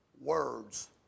Words